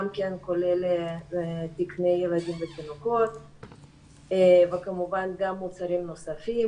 גם כן כולל תקני ילדים ותינוקות וכמובן גם מוצרים נוספים,